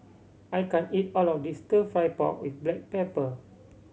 I can't eat all of this Stir Fry pork with black pepper